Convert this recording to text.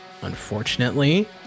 unfortunately